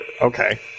Okay